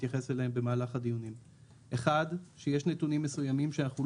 על המידע שהוא אוסף באמצעות פרטי הגישה,